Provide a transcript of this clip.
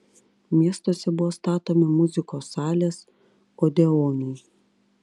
miestuose buvo statomi muzikos salės odeonai